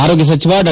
ಆರೋಗ್ಯ ಸಚಿವ ಡಾ